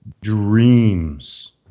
dreams